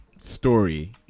story